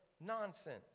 nonsense